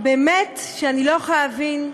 באמת אני לא יכולה להבין: